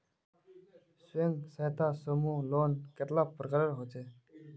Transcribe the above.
स्वयं सहायता समूह लोन कतेला प्रकारेर होचे?